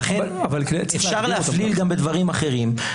אפשר להפליל גם בדברים אחרים.